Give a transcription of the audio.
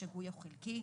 שגוי או חלקי,